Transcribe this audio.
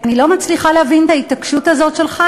אני לא מצליחה להבין את ההתעקשות הזאת שלך,